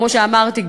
כמו שאמרתי,